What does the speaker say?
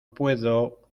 puedo